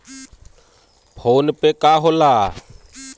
PhonePe का होला?